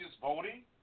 voting